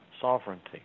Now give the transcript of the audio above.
sovereignty